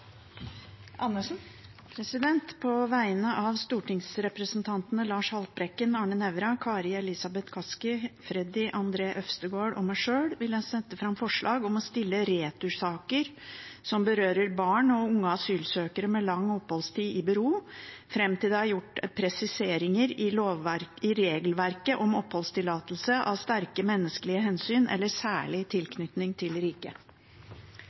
Andersen vil fremsette et representantforslag. På vegne av stortingsrepresentantene Lars Haltbrekken, Arne Nævra, Kari Elisabeth Kaski, Freddy André Øvstegård og meg sjøl vil jeg sette fram forslag om å stille retursaker som berører barn og unge asylsøkere med lang oppholdstid, i bero, fram til det er gjort presiseringer i regelverket om oppholdstillatelse av sterke menneskelige hensyn eller særlig tilknytning til